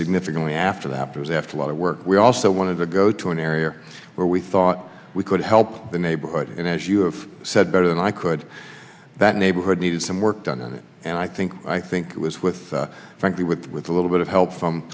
significantly after that because after a lot of work we also wanted to go to an area where we thought we could help the neighborhood and as you've said better than i could that neighborhood needed some work done on it and i think i think it was with frankly with a little bit of help from